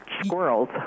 squirrels